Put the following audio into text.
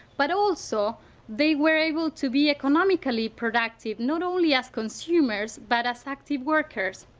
but also they were able to be economically productive, not only as consumers but as active workers.